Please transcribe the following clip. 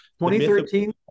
2013